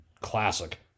classic